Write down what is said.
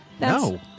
No